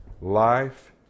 Life